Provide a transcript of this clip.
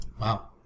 Wow